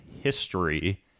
History